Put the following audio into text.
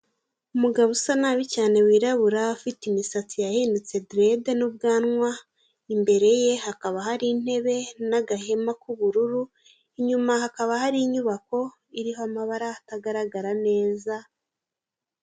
Umugabo usa nabi cyane wirabura, ufite imisatsi yahindutse direde n'ubwanwa, imbere ye hakaba hari intebe n'agahema k'ubururu, inyuma hakaba hari inyubako iriho amabara atagaragara neza.